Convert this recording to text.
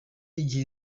igihe